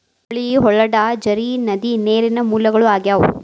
ಹೊಳಿ, ಹೊಳಡಾ, ಝರಿ, ನದಿ ನೇರಿನ ಮೂಲಗಳು ಆಗ್ಯಾವ